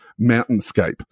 mountainscape